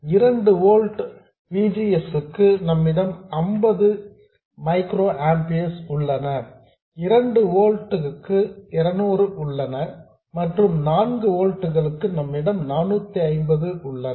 2 volts V G S க்கு நம்மிடம் 50 microamperes உள்ளன 2 ஓல்ட்ஸ் க்கு 200 உள்ளன மற்றும் 4 ஓல்ட்ஸ் க்கு நம்மிடம் 450 உள்ளன